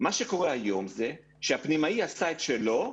מה שקורה היום זה שהפנימאי עשה את שלו,